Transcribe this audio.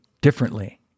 differently